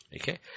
Okay